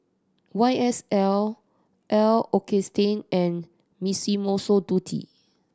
Y S L L'Occitane and Dutti